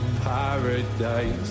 paradise